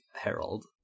Harold